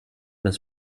das